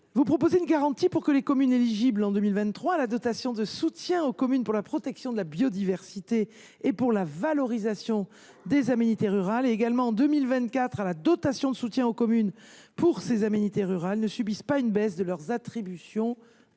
Vous proposez une garantie pour que les communes éligibles à la dotation de soutien aux communes pour la protection de la biodiversité et pour la valorisation des aménités rurales en 2023, qui le seront également à la dotation de soutien aux communes pour les aménités rurales en 2024, ne subissent pas une baisse de leurs attributions